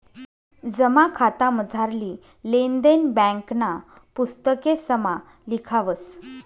जमा खातामझारली लेन देन ब्यांकना पुस्तकेसमा लिखावस